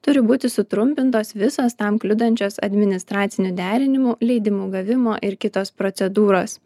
turi būti sutrumpintos visos tam kliudančios administracinių derinimų leidimų gavimo ir kitos procedūros